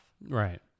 Right